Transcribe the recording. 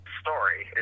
story